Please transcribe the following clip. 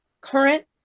current